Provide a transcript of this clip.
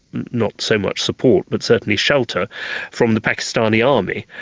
not so much support but certainly shelter from the pakistani army,